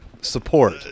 support